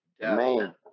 man